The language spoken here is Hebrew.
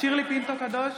שירלי פינטו קדוש,